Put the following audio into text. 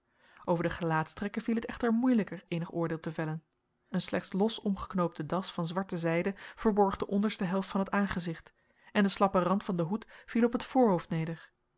over de gelaatstrekken viel het echter moeilijker eenig oordeel te vellen een slechts los omgeknoopte das van zwarte zijde verborg de onderste helft van het aangezicht en de slappe rand van den hoed viel op het voorhoofd neder